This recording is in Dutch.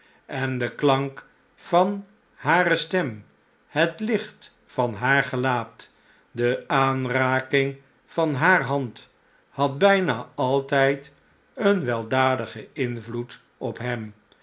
en de klank van hare stem het lieht van naar gelaat de aanraking van haar hand had b n a altjjd een weldadigen invloed op hem